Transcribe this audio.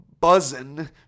buzzing